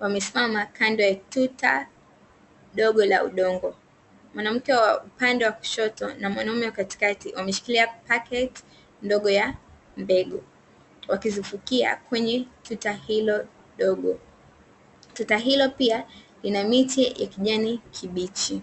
wamesimama kando ya tuta dogo la udongo. Mwanamke wa upande wa kushoto na mwanaume wa katikati wameshikilia paketi ndogo ya mbegu, wakizifukia kwenye tuta hilo dogo. Tuta hilo pia lina miche ya kijani kibichi.